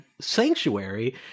sanctuary